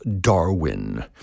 Darwin